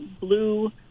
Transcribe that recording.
blue